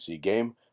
game